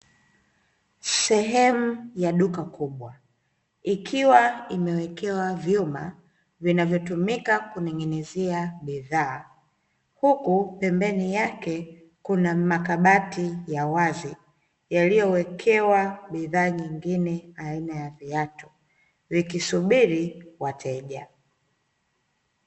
Sehemu ya duka kubwa, ikiwa imewekewa vyuma vinavyotumika kuning'inizia bidhaa, huku pembeni yake kuna makabati ya wazi yaliyowekewa bidhaa nyingine aina ya viatu vikisubiri wateja.